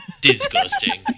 Disgusting